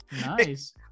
Nice